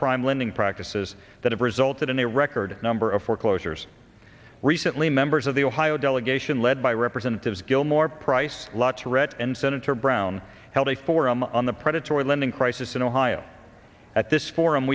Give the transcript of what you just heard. prime lending practices that have resulted in a record number of foreclosures recently members of the ohio delegation led by representatives gilmore price law to read and senator brown held a forum on the predatory lending crisis in ohio at this forum